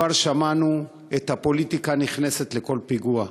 כבר שמענו את הפוליטיקה נכנסת לכל פיגוע.